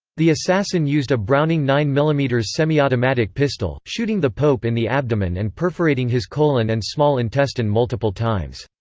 the assassin used a browning nine mm ah mm semi-automatic pistol, shooting the pope in the abdomen and perforating his colon and small intestine multiple times.